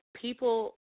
people